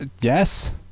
Yes